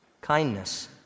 kindness